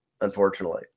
Unfortunately